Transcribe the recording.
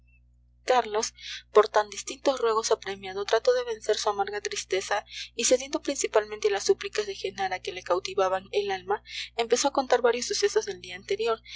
carlos por tan distintos ruegos apremiado trató de vencer su amarga tristeza y cediendo principalmente a las súplicas de genara que le cautivaban el alma empezó a contar varios sucesos del día anterior